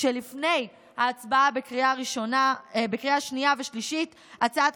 כשלפני ההצבעה בקריאה שנייה ושלישית הצעת